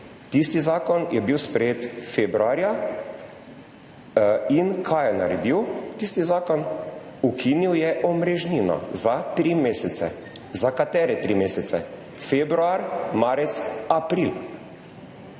Tisti zakon je bil sprejet februarja. In kaj je naredil tisti zakon? Ukinil je omrežnino za tri mesece. Za katere tri mesece? Februar, marec, april.